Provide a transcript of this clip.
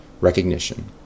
Recognition